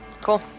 cool